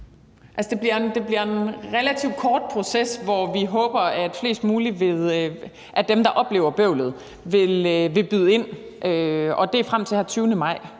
Det bliver en relativ kort proces, hvor vi håber, at flest mulige af dem, der oplever bøvlet, vil byde ind. Det kan gøres frem til den 20. maj,